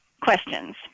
questions